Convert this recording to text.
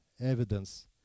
evidence